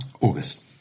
August